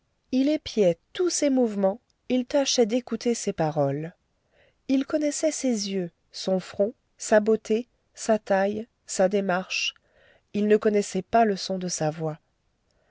il épiait tous ses mouvements il tâchait d'écouter ses paroles il connaissait ses yeux son front sa beauté sa taille sa démarche il ne connaissait pas le son de sa voix